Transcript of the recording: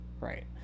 Right